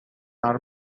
are